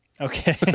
Okay